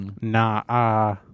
nah